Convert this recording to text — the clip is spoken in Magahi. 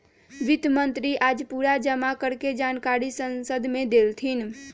वित्त मंत्री आज पूरा जमा कर के जानकारी संसद मे देलथिन